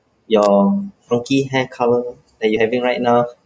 your quirky hair colour that you having right now